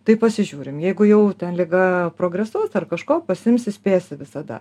tai pasižiūrim jeigu jau ten liga progresuos ar kažko pasiimsi spėsi visada